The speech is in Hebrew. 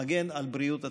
מגן על בריאות הציבור.